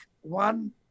one